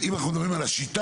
אם אנחנו מדברים על השיטה,